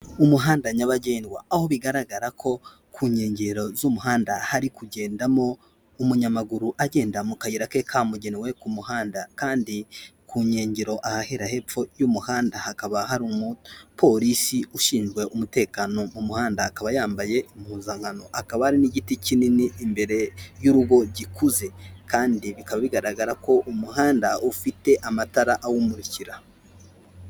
Umuhanda nyabagendwa. Aho bigaragara ko ku nkengero z'umuhanda hari kugendamo umunyamaguru agenda mu kayira ke kamugenewe ku muhanda. Kandi ku nkengero ahahera hepfo y'umuhanda hakaba hari umupolisi ushinzwe umutekano mu muhanda. Akaba yambaye impuzankano. Hakaba hari n'igiti kinini imbere y'urugo gikuze. Kandi bikaba bigaragara ko umuhanda ufite amatara awumurikira.